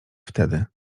wtedy